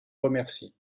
remercie